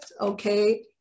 okay